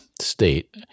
State